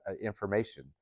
information